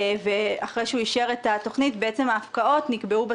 ואחרי שהוא אישר את התוכנית בעצם ההפקעות נקבעו בתוכנית.